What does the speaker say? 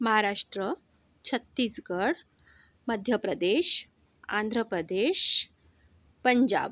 Maharashtra Chhattisgarh Madhya Pradesh Andhra Pradesh Punjab